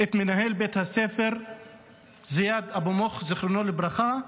את מנהל בית הספר זיאד אבו מוך, זיכרונו לברכה,